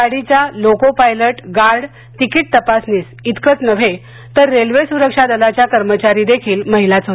गाडी च्या loco pilot guard ticket तपासनिस इतकंच नव्हे तर रेल्वे सुरक्षा दलाच्या कर्मचारी पण महिलाच आहेत